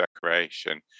decoration